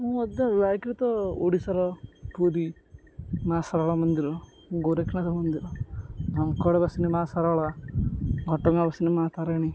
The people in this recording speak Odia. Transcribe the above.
ମୁଁ ମଧ୍ୟ ବାଇକ୍ରେ ତ ଓଡ଼ିଶାର ପୁରୀ ମାଆ ସରଳା ମନ୍ଦିର ଗୋରେଖନାଥ ମନ୍ଦିର ଝଙ୍କଡ଼ ବାସିନୀ ମାଆ ସରଳା ଘଟଗାଁ ବାସିନୀ ମାଆ ତାରିଣୀ